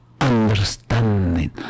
understanding